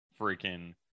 freaking